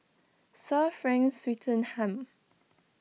Sir Frank Swettenham